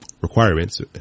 requirements